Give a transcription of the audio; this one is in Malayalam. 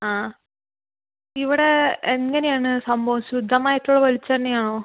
ആ ഇവിടെ എങ്ങനെ ആണ് സംഭവം ശുദ്ധമായിട്ട് ഉള്ള വെളിച്ചെണ്ണ ആണോ